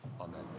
Amen